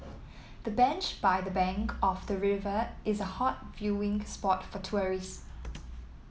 the bench by the bank of the river is a hot viewing spot for tourists